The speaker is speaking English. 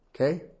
Okay